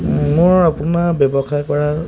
মোৰ আপোনাৰ ব্যৱসায় কৰা